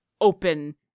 open